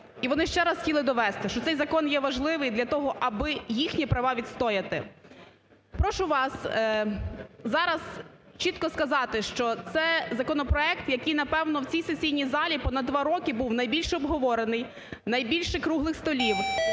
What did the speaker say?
І вони ще раз хотіли довести, що цей закон є важливий для того, аби їхні права відстояти. Прошу вас зараз чітко сказати, що це законопроект, який, напевно, в цій сесійній залі понад 2 роки був найбільше обговорений, найбільше круглих столів.